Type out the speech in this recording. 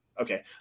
Okay